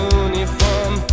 uniform